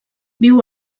viu